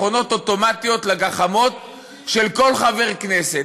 מכונות אוטומטיות לגחמות של כל חבר כנסת.